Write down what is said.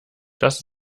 das